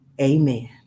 amen